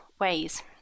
ways